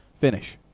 finish